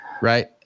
right